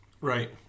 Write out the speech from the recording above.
Right